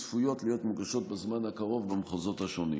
צפויות להיות מוגשות בזמן הקרוב במחוזות השונים.